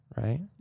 Right